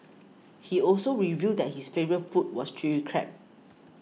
he also revealed that his favourite food was Chilli Crab